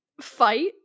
fight